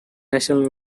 national